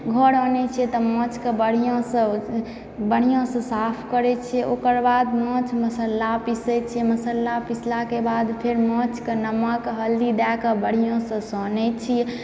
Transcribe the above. घर आनैत छियै तऽ माछकऽ बढ़िआँसँ बढ़िआँसँ साफ करैत छियै ओकर बाद माछ मसाला पीसैत छियै मसाला पीसलाके बाद फेर माछकऽ नमक हल्दी दएकऽ बढ़िआँसँ सानैत छी